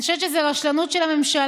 אני חושבת שזו רשלנות של הממשלה,